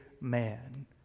man